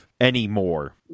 anymore